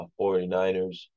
49ers